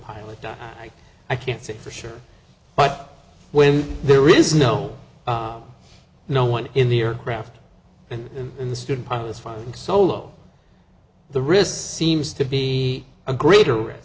pilot down i can't say for sure but when there is no no one in the aircraft and in the student pilots flying solo the wrist seems to be a greater